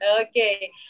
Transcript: okay